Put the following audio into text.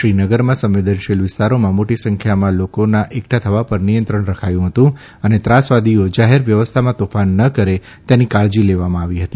શ્રીનગરમાં સંવેદનસીલ વિસ્તારોમાં મોટી સંખ્યામાં લોકોના એકઠા થવા પર નિયંત્રણ રખાયું હતું અને ત્રાસવાદીઓ જાહેર વ્યવસ્થામાં તોફાન ન કરે તેની કાળજી લેવામાં આવી હતી